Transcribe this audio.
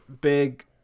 big